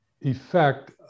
effect